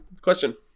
Question